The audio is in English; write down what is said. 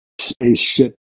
spaceship